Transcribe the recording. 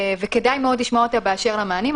וכדאי מאוד לשמוע אותה באשר למענים.